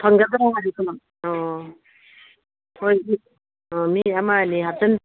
ꯐꯪꯒꯗ꯭ꯔꯣ ꯑꯣ ꯍꯣꯏ ꯃꯤ ꯑꯃ ꯑꯅꯤ ꯍꯥꯞꯆꯤꯟ